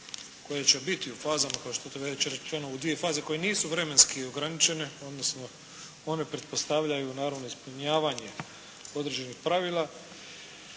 koje će biti u fazama kao što je to već rečeno u dvije faze koje nisu vremenski ograničene, odnosno one pretpostavljaju naravno ispunjavanje određenih pravila,